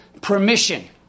permission